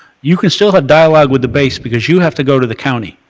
you could still have dialogue with the base. because you have to go to the county.